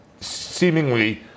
seemingly